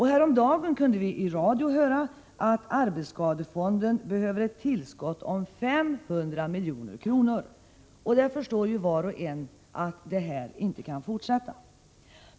Häromdagen kunde vi i radio höra att arbetsskadefonden behöver ett tillskott om 500 milj.kr. Var och en förstår att detta inte kan fortsätta.